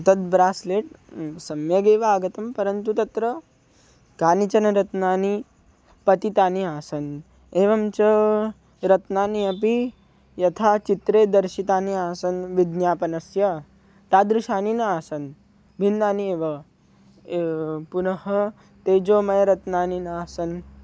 तद् ब्रास्लेट् सम्यगेव आगतं परन्तु तत्र कानिचन रत्नानि पतितानि आसन् एवं च रत्नानि अपि यथा चित्रे दर्शितानि आसन् विज्ञापनस्य तादृशानि न आसन् भिन्नानि एव पुनः तेजोमयरत्नानि नासन्